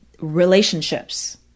relationships